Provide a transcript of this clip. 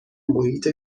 محیط